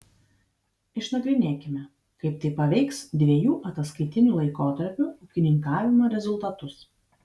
išnagrinėkime kaip tai paveiks dviejų ataskaitinių laikotarpių ūkininkavimo rezultatus